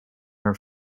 her